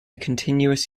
continuous